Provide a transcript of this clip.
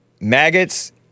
maggots